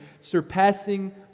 surpassing